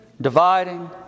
dividing